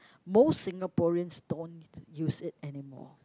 most Singaporeans don't use it anymore